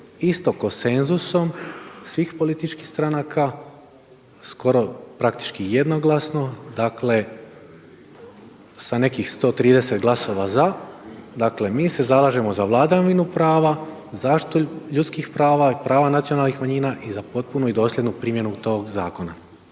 isto konsenzusom svih političkih stranka skoro praktički jednoglasno dakle sa nekih 130 glasova za. Dakle mi se zalažemo za vladavinu prava, zaštitu ljudskih prava i prava nacionalnih manjina i za potpunu i dosljednu primjenu tog zakona.